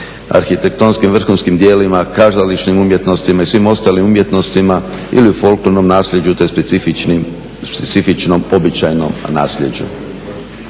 arhitektonskim vrhunskim djelima, kazališnim umjetnostima i svim ostalim umjetnostima ili u folklornom naslijeđu, te specifičnom običajnom naslijeđu.